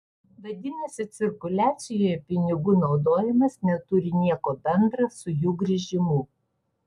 vadinasi cirkuliacijoje pinigų naudojimas neturi nieko bendra su jų grįžimu